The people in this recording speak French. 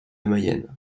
mayenne